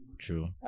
True